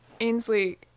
Ainsley